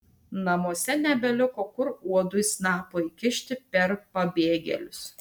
namuose nebeliko kur uodui snapo įkišti per pabėgėlius